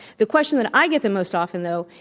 the question that i get the most often, though,